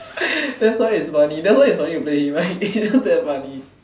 that's why it's funny that's why it's funny to play with him like he's just that funny